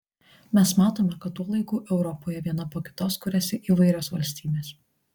mes matome kad tuo laiku europoje viena po kitos kuriasi įvairios valstybės